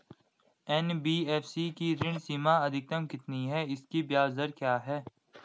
NBFC की ऋण सीमा अधिकतम कितनी है इसकी ब्याज दर क्या है?